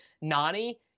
Nani